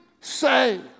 say